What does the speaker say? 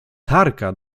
tarka